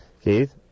Keith